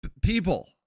people